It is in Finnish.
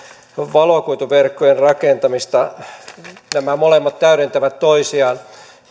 valokuituverkkojen rakentamista nämä molemmat täydentävät toisiaan